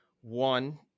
One